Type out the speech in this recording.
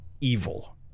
evil